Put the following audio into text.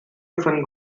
different